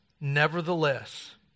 nevertheless